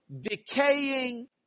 decaying